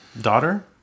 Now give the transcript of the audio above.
daughter